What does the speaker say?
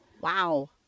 Wow